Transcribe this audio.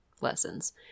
lessons